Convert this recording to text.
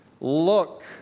look